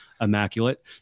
immaculate